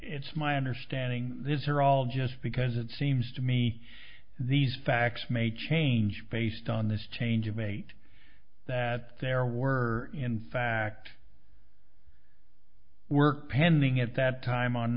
it's my understanding these are all just because it seems to me these facts may change based on this change of eight that there were in fact were pending at that time on